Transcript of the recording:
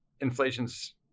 inflation's